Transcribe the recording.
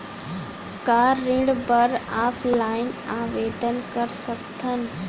का ऋण बर ऑफलाइन आवेदन कर सकथन?